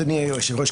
אדוני היושב-ראש,